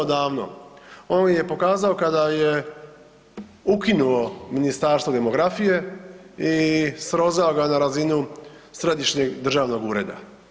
On ga je pokazao kada je ukinuo Ministarstvo demografije i srozao ga na razinu središnjeg državnog ureda.